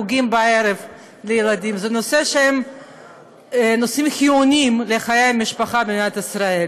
חוגים בערב לילדים זה נושא חיוני לחיי המשפחה במדינת ישראל,